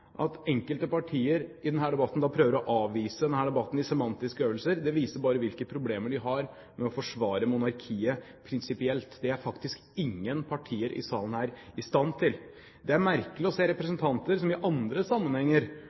At enkelte partier prøver å avvise denne debatten i semantiske øvelser, viser bare hvilke problemer de har med å forsvare monarkiet prinsipielt. Det er faktisk ingen partier her i salen i stand til. Det er merkelig å se at de representanter som i andre sammenhenger